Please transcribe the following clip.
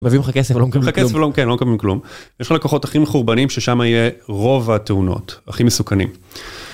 מביאים לך כסף, אבל לא מקבלים כלום. יש לך לקוחות הכי מחורבנים ששם יהיה רוב התאונות הכי מסוכנים.